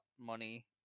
money